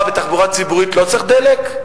מה, בתחבורה ציבורית לא צריך דלק?